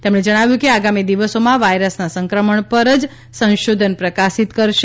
તેમણે જણાવ્યું કે આગામી દિવસોમાં વાયરસના સંક્રમણ પર જ્ સંશોધન પ્રકાશિત કરશે